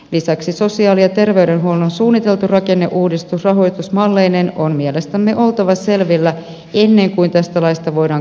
lisäksi sosiaali ja terveydenhuollon suunnitellun rakenneuudistuksen rahoitusmalleineen on mielestämme oltava selvillä ennen kuin tästä laista voidaan kansallisesti päättää